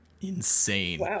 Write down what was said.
Insane